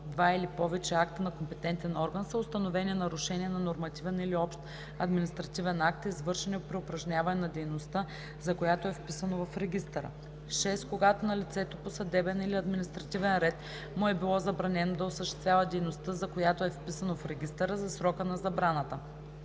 или повече акта на компетентен орган са установени нарушения на нормативен или общ административен акт, извършени при упражняване на дейността, за която е вписано в регистъра; 6. когато на лицето по съдебен или административен ред му е било забранено да осъществява дейността, за която е вписано в регистъра – за срока на забраната.